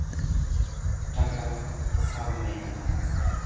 ᱴᱟᱠᱟ ᱥᱟᱵ ᱢᱮ